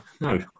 no